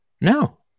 No